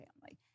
family